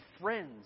friends